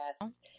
Yes